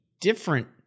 different